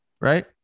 right